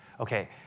okay